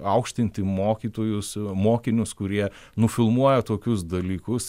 aukštinti mokytojus mokinius kurie nufilmuoja tokius dalykus